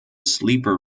sleeper